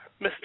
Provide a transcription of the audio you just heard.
Mr